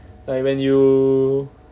like when you